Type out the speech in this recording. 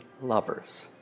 lovers